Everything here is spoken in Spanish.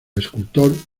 escultor